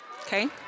Okay